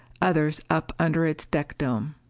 others up under its deck dome.